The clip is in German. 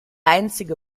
einzige